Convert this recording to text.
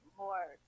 more